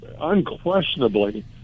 unquestionably